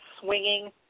swinging